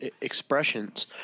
expressions